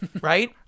Right